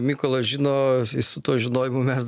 mykolas žino su tuo žinojimu mes